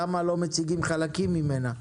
למה לא מציגים חלקים ממנה?